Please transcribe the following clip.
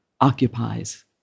occupies